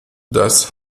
das